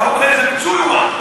אתה רוצה על זה פיצוי או מה?